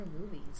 Movies